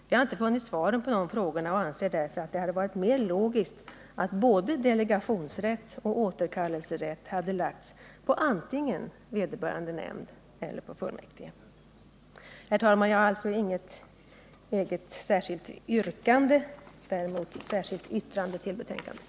Vi har inte funnit svaret på de frågorna och anser därför att det hade varit mer logiskt att både delegationsrätt och återkallelserätt hade lagts på antingen vederbörande nämnd eller fullmäktige. Herr talman! Jag har alltså inget eget särskilt yrkande men däremot ett särskilt yttrande till betänkandet.